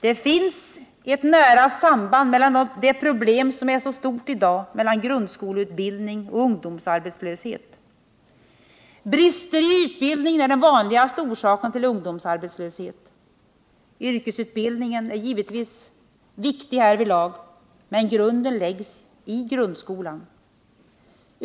Det finns ett nära samband mellan grundskoleutbildning och det problem som är stort i dag, nämligen ungdomsarbetslöshet. Brister i utbildningen är den vanligaste orsaken till ungdomsarbetslöshet. Yrkesutbildningen är givetvis viktigast härvidlag, men grunden läggs i grundskolan.